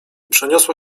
przeniosła